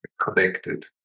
connected